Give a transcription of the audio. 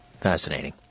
Fascinating